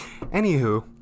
Anywho